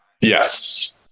Yes